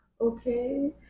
Okay